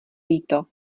líto